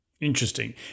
interesting